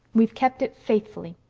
we've kept it faithfully.